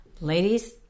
ladies